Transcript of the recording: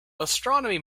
astronomy